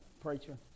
preacher